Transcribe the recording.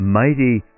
mighty